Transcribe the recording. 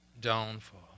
downfall